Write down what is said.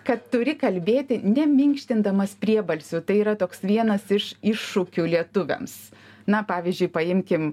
kad turi kalbėti ne minkštindamas priebalsių tai yra toks vienas iš iššūkių lietuviams na pavyzdžiui paimkim